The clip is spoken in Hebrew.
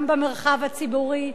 גם במרחב הציבורי.